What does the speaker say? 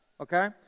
Okay